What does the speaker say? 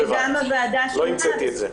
לא המצאתי את זה.